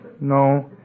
No